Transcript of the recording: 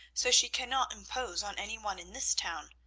so she cannot impose on any one in this town.